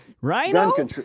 Rhino